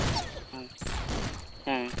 ᱦᱩᱸ ᱦᱮᱸ